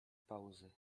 pauzy